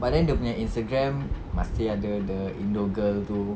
but then dia punya Instagram masih ada the indo girl tu